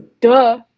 duh